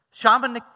shamanic